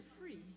free